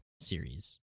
series